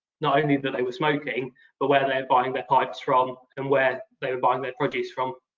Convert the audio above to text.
not only that they were smoking but where they were buying their pipes from and where they were buying their produce from.